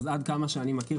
עד כמה שאני מכיר,